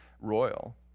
royal